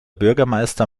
bürgermeister